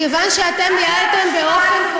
מכיוון שאתם ניהלתם באופן,